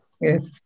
Yes